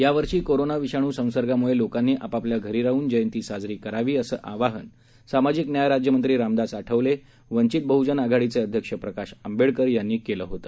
यावर्षी कोरोना विषाणू संसर्गामुळे लोकांनी आपापल्या घरी राहून जयंती साजरी करावी असं आवाहन सामाजिक न्याय राज्यमंत्री रामदास आठवले वंचित बहुजन आघाडीचे अध्यक्ष प्रकाश आंबेडकर यांनी केले होते